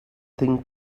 thing